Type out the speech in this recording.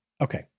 Okay